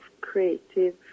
creative